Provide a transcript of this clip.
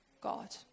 God